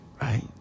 right